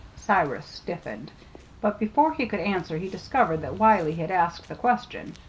cyrus stiffened but before he could answer he discovered that wiley had asked the question,